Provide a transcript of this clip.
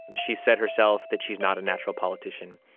she said herself that she is not a natural politician.